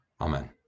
Amen